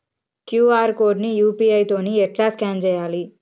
QR code ని UPI తోని ఎట్లా స్కాన్ చేయాలి?